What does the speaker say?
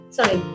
Sorry